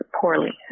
poorly